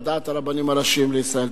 ועל דעת הרבנים הראשיים לישראל.